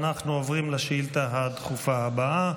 אנחנו עובדים לשאילתה הדחופה הבאה,